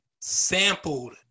sampled